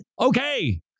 Okay